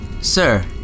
Sir